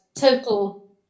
Total